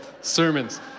sermons